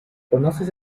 conoces